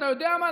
אתה יודע מה,